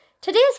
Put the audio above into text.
Today's